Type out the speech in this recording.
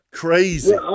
crazy